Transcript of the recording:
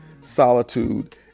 solitude